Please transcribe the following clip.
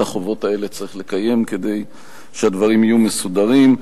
החובות האלה צריך לקיים כדי שהדברים יהיו מסודרים.